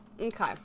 Okay